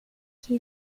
que